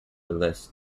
list